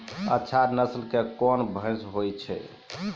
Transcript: अच्छा नस्ल के कोन भैंस होय छै?